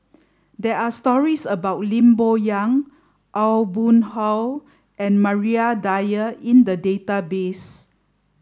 there are stories about Lim Bo Yam Aw Boon Haw and Maria Dyer in the database